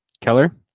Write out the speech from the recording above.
Keller